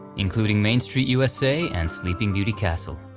including main street usa, and sleeping beauty castle.